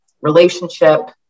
relationship